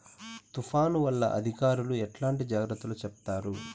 తుఫాను వల్ల అధికారులు ఎట్లాంటి జాగ్రత్తలు చెప్తారు?